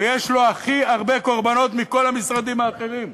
ויש לו הכי הרבה קורבנות מבכל המשרדים האחרים,